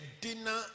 dinner